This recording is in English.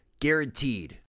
guaranteed